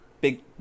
Big